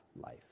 life